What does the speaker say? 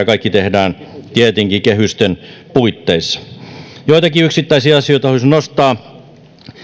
kaikki tehdään tietenkin kehysten puitteissa joitakin yksittäisiä asioita haluaisin nostaa